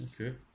okay